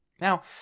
Now